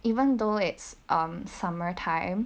even though it's um summer time